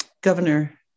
Governor